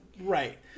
Right